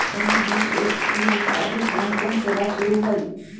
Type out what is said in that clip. NBFC में अभी कोन कोन सेवा शुरु हई?